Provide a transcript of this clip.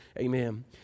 Amen